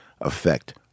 effect